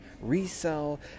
resell